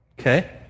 Okay